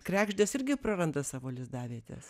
kregždės irgi praranda savo lizdavietes